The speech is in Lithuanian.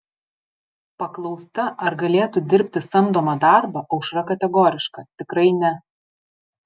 paklausta ar galėtų dirbti samdomą darbą aušra kategoriška tikrai ne